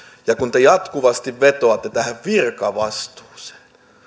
kun te jatkuvasti vetoatte tähän virkavastuuseen